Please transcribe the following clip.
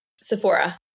Sephora